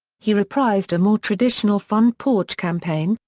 he reprised a more traditional front-porch campaign,